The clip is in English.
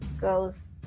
goes